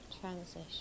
transition